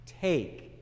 take